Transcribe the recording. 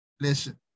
Listen